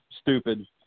stupid